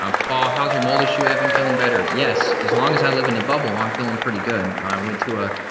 um paul, how's your mold issue evan. feeling better, yes. as long as i live in the bubble, i'm feeling pretty good. ah, i went to ah,